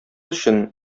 өчен